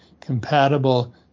compatible